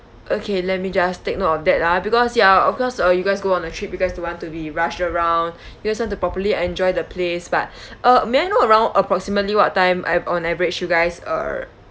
okay let me just take note of that ah because ya of course uh you guys go on a trip you guys don't want to be rushed around you guys want to properly enjoy the place but uh may I know around approximately what time on average you guys uh